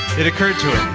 it occurred to him,